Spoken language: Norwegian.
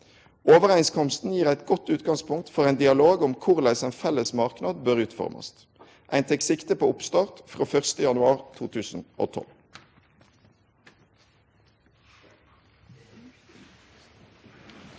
Overeinskomsten gir eit godt utgangspunkt for ein dialog om korleis ein felles marknad bør utformast. Ein tek sikte på oppstart frå 1. januar 2012.